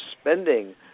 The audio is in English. spending